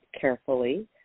carefully